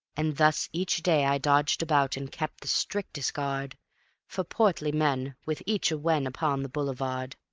and thus each day i dodged about and kept the strictest guard for portly men with each a wen upon the boulevard.